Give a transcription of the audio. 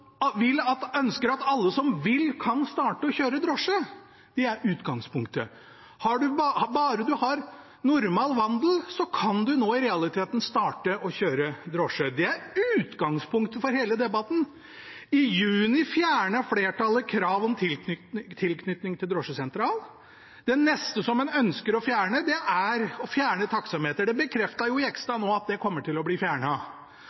vil, kan starte å kjøre drosje. Det er utgangspunktet. Bare en har normal vandel, kan en nå i realiteten starte å kjøre drosje. Det er utgangspunktet for hele debatten. I juni fjernet flertallet krav om tilknytning til drosjesentral. Det neste en ønsker å fjerne, er taksameteret. Representanten Jegstad bekreftet nå at det kommer til å bli fjernet. Det